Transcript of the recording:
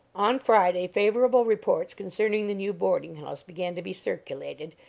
on friday favorable reports concerning the new boarding-house began to be circulated,